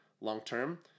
long-term